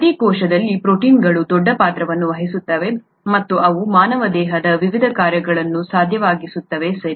ಪ್ರತಿ ಕೋಶದಲ್ಲಿ ಪ್ರೋಟೀನ್ಗಳು ದೊಡ್ಡ ಪಾತ್ರವನ್ನು ವಹಿಸುತ್ತವೆ ಮತ್ತು ಅವು ಮಾನವ ದೇಹದ ವಿವಿಧ ಕಾರ್ಯಗಳನ್ನು ಸಾಧ್ಯವಾಗಿಸುತ್ತದೆ ಸರಿ